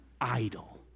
idol